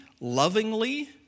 lovingly